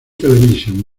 television